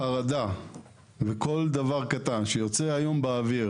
החרדה וכל דבר קטן שיוצא לאוויר,